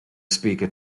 speaker